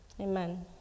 Amen